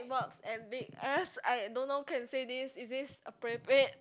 big ass I don't know can say this is this appropriate